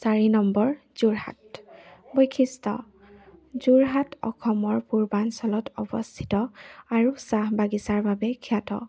চাৰি নম্বৰ যোৰহাট বৈশিষ্ট্য যোৰহাট অসমৰ পূৰ্বাঞ্চলত অৱস্থিত আৰু চাহ বাগিচাৰ বাবে খ্যাত